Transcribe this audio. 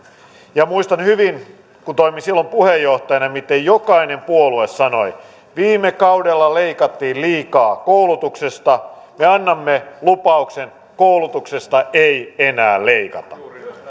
muistan hyvin kun toimin silloin puheenjohtajana miten jokainen puolue sanoi että viime kaudella leikattiin liikaa koulutuksesta me annamme lupauksen koulutuksesta ei enää leikata